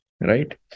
right